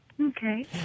Okay